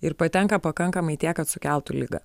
ir patenka pakankamai tiek kad sukeltų ligą